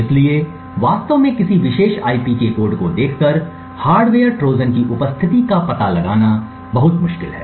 इसलिए वास्तव में किसी विशेष आईपी के कोड को देखकर हार्डवेयर ट्रोजन की उपस्थिति का पता लगाना बहुत मुश्किल है